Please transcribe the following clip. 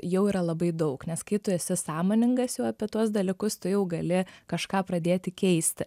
jau yra labai daug nes kai tu esi sąmoningas jau apie tuos dalykus tu jau gali kažką pradėti keisti